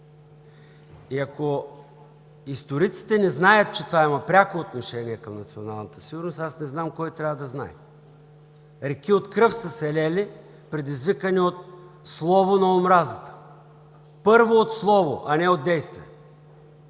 И ако историците не знаят, че това има пряко отношение към националната сигурност, аз не знам кой трябва да знае. Реки от кръв са се лели, предизвикани от слово на омразата. Първо, от слово, а не от действие!